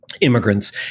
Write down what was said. immigrants